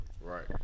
Right